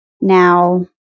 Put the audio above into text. now